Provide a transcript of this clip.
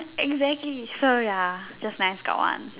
exactly so ya just nice got one